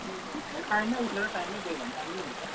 अँ टाइममै उठेर टाइममै गयो भने राम्रो हुन्छ